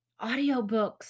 Audiobooks